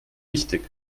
wichtig